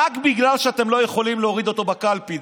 רק בגלל שאתם לא יכולים להוריד אותו בקלפי.